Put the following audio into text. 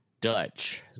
Dutch